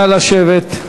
נא לשבת,